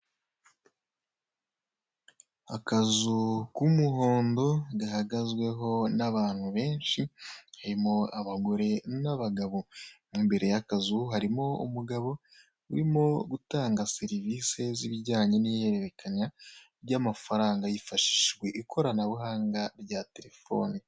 Akazu k'umuhondo gahagazweho n'abantu benshi harimo abagore n'abagabo. Mo imbere y'akazu, harimo umugabo urimo gutanda serivisi z'ibijyanye n'ihererekanya ry'amafaranga hifashishijwe ikoranabuhanga rya telefoni.